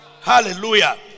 Hallelujah